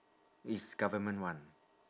it's government one